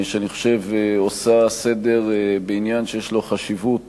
שאני חושב עושה סדר בעניין שיש לו חשיבות